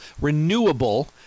renewable